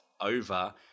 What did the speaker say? over